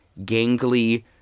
gangly